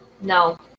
No